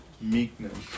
meekness